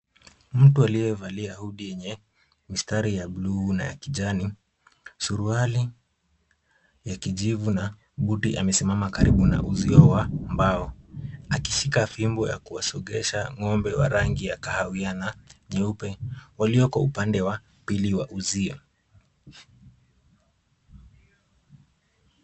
Mtu aliyevalia hoodie yenye mistari ya bluu na ya kijani, suruali ya kijivu na hoodie amesimama karibu na uzio wa mbao akishika fimbo ya kuwasongeza ng'ombe wa rangi ya kahawia na nyeupe walio kwa upande wa pili wa uzio.